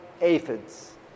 aphids